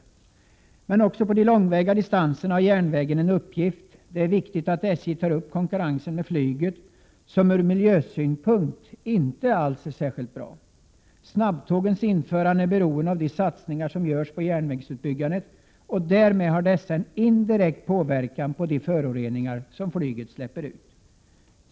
Järnvägen har emellertid en uppgift även på de långa distanserna: det är viktigt att SJ tar upp konkurensen med flyget, som från miljösynpunkt inte alls är bra. Snabbtågens införande är beroende av de satsningar som gjorts på järnvägsutbyggnaden. Därmed har dessa en indirekt påverkan på de föroreningar som kan hänföras till flyget.